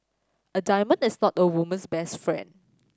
a diamond is not a woman's best friend